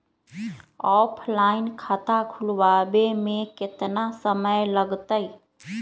Offline खाता खुलबाबे में केतना समय लगतई?